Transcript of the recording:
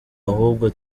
ahubwo